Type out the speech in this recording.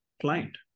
client